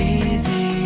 easy